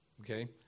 Okay